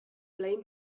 blame